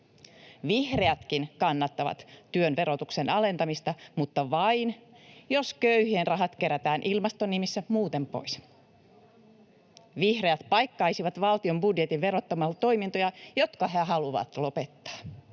Vihreätkin kannattavat työn verotuksen alentamista, mutta vain, jos köyhien rahat kerätään ilmaston nimissä muuten pois. Vihreät paikkaisivat valtion budjetin verottamalla toimintoja, jotka he haluavat lopettaa: